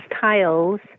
tiles